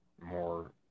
more